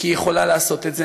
היא יכולה לעשות את זה.